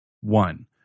One